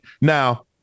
Now